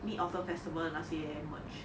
mid autumn festival 那些 merch